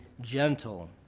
gentle